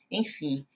enfim